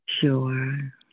sure